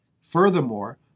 Furthermore